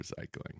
recycling